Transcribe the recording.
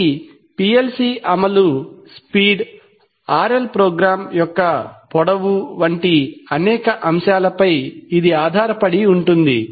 ఇది PLC అమలు speed RL program యొక్క పొడవు వంటి అనేక అంశాలపై ఇది ఆధారపడి ఉంటుంది